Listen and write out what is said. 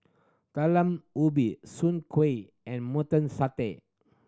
Talam Ubi Soon Kway and Satay